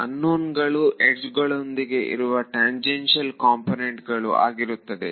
unknown ಗಳು ಎಡ್ಜ್ಗಳೊಂದಿಗೆ ಇರುವ ಟಾನ್ಜೆಂಶಿಯಲ್ ಕಾಂಪೊನೆನ್ಟ್ಗಳು ಆಗಿರುತ್ತದೆ